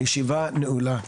הישיבה נעולה.